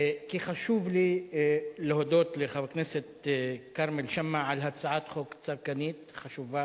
כי חשוב לי להודות לחבר הכנסת כרמל שאמה על הצעת חוק צרכנית חשובה,